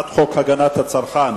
הגנת הצרכן